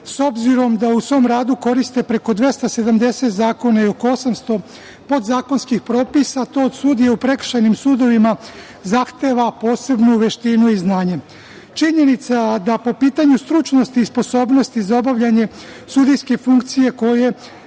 Obzirom da u svom radu koriste preko 270 zakona i oko 800 podzakonskih propisa, to od sudija u prekršajnim sudovima zahteva posebnu veštinu i znanje. Činjenica da po pitanju stručnosti i sposobnosti za obavljanje sudijske funkcije koju